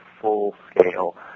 full-scale